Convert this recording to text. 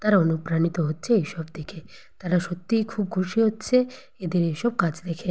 তারা অনুপ্রাণিত হচ্ছে এইসব দেখে তারা সত্যিই খুব খুশি হচ্ছে এদের এসব কাজ দেখে